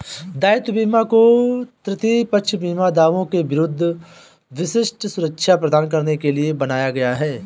दायित्व बीमा को तृतीय पक्ष बीमा दावों के विरुद्ध विशिष्ट सुरक्षा प्रदान करने के लिए बनाया गया है